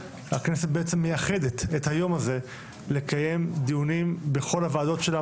הכנסת בעצם מייחדת את היום הזה לקיים דיונים בכל הוועדות שלה